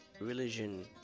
religion